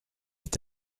est